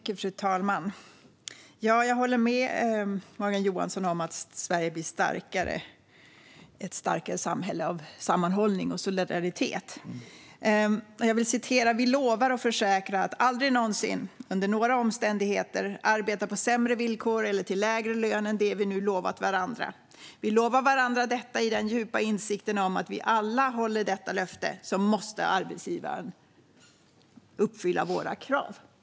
Fru talman! Jag håller med Morgan Johansson om att Sverige blir ett starkare samhälle av sammanhållning och solidaritet. Vi lovar och försäkrar att aldrig någonsin, under några omständigheter, arbeta på sämre villkor eller till lägre lön än det vi nu lovat varandra. Vi lovar varandra detta i den djupa insikten att om vi alla håller detta löfte måste arbetsgivaren uppfylla våra krav.